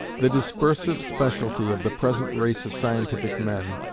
the dispersive speciality of the present race of scientific men,